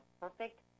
perfect